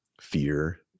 fear